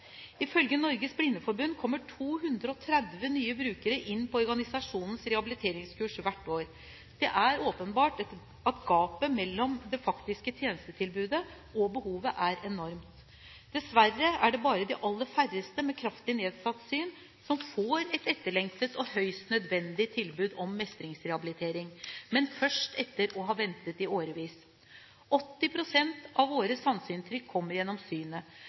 Ifølge Norges Blindeforbund kommer 230 nye brukere inn på organisasjonens rehabiliteringskurs hvert år. Det er åpenbart at gapet mellom det faktiske tjenestetilbudet og behovet er enormt. Dessverre er det bare de aller færreste med kraftig nedsatt syn som får et etterlengtet og høyst nødvendig tilbud om mestringsrehabilitering – men først etter å ha ventet i årevis. 80 pst. av våre sanseinntrykk kommer gjennom synet.